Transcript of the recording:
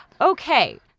Okay